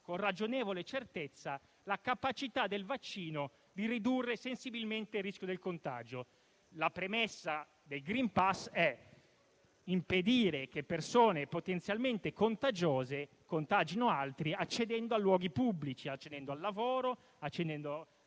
con ragionevole certezza la capacità del vaccino di ridurre sensibilmente il rischio del contagio. La premessa del *green pass* è infatti quella di impedire che persone potenzialmente contagiose contagino altri, accedendo ai luoghi pubblici, ai luoghi di lavoro, ai